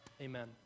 amen